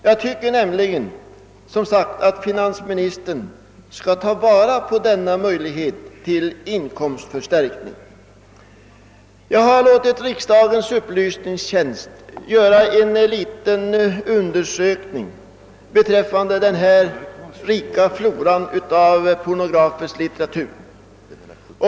Jag tycker nämligen att finansminstern skall ta vara på denna möjlighet till inkomstförstärkning. Jag har låtit riksdagens upplysningstjänst göra en liten undersökning beträffande denna rika flora av pornografisk litteratur.